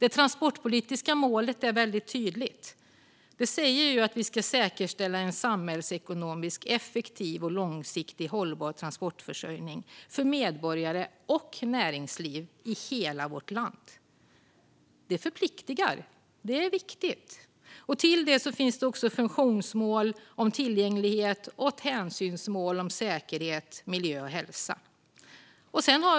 Det transportpolitiska målet är tydligt: Vi ska "säkerställa en samhällsekonomiskt effektiv och långsiktigt hållbar transportförsörjning för medborgarna och näringslivet i hela landet". Det förpliktar. Det är viktigt. Till det finns också funktionsmål om tillgänglighet och hänsynsmål om säkerhet, miljö och hälsa.